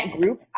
group